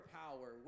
power